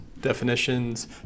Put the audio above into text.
Definitions